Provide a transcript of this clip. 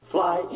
Fly